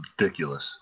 Ridiculous